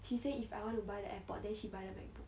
she say if I want to buy the airpod then she buy the macbook